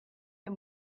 and